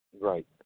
Right